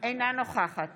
אינה נוכחת